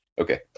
Okay